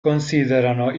considerano